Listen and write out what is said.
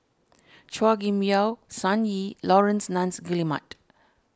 Chua Kim Yeow Sun Yee Laurence Nunns Guillemard